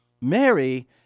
Mary